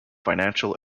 financial